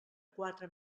quatre